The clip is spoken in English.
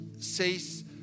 says